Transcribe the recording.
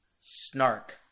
Snark